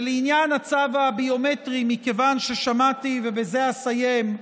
ולעניין הצו הביומטרי, ובזה אסיים,